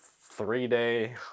three-day